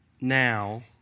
now